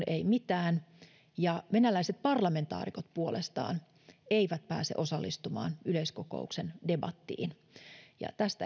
ei mitään ja venäläiset parlamentaarikot puolestaan eivät pääse osallistumaan yleiskokouksen debattiin tästä